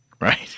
right